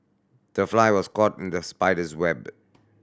the fly was caught in the spider's web